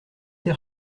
tes